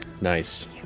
Nice